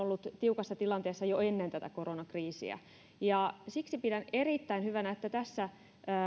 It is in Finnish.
ollut tiukassa tilanteessa jo ennen tätä koronakriisiä siksi pidän erittäin hyvänä että tässä